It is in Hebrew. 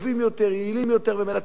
יעילים יותר ומנצחים יותר,